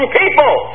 people